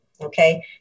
Okay